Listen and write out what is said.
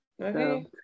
Okay